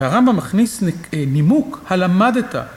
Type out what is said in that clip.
הרמב״ם מכניס נימוק הלמד את ה...